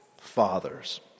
Fathers